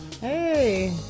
Hey